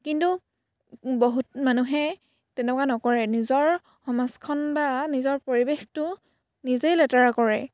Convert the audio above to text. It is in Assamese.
কিন্তু বহুত মানুহে তেনেকুৱা নকৰে নিজৰ সমাজখন বা নিজৰ পৰিৱেশটো নিজেই লেতেৰা কৰে